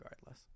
regardless